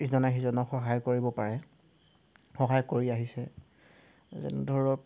ইজনে সিজনক সহায় কৰিব পাৰে সহায় কৰি আহিছে যেনে ধৰক